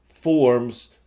forms